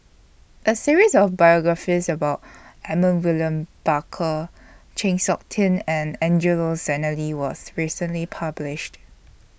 A series of biographies about Edmund William Barker Chng Seok Tin and Angelo Sanelli was recently published